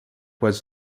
was